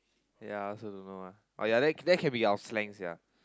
ya I also don't know why oh ya that that can be our slang sia